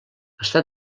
està